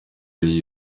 ari